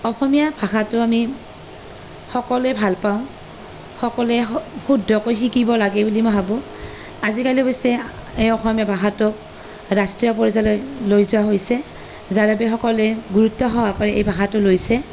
অসমীয়া ভাষাটো আমি সকলোৱে ভাল পাওঁ সকলোৱে স শুদ্ধকৈ শিকিব লাগে বুলি মই ভাবোঁ আজিকালি অৱশ্যে এই অসমীয়া ভাষাটোক ৰাষ্ট্ৰীয় পৰ্যায়লৈ লৈ যোৱা হৈছে যাৰ বাবে সকলোৱে গুৰুত্ব সহকাৰে এই ভাষাটো লৈছে